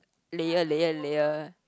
layer layer layer